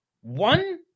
one